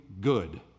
good